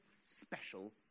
special